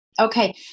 Okay